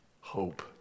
hope